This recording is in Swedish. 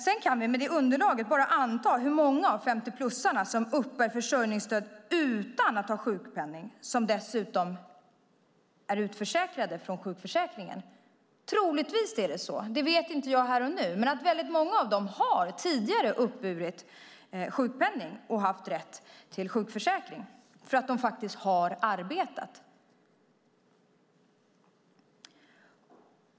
Sedan kan vi utifrån det underlaget bara gissa hur många av 50-plussarna som uppbär försörjningsstöd utan att ha sjukpenning och som dessutom är utförsäkrade från sjukförsäkringen. Troligtvis är det så, det vet jag inte här och nu, men många av dem har tidigare uppburit sjukpenning och haft rätt till sjukförsäkring för att de faktiskt har arbetat.